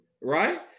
right